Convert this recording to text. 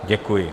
Děkuji.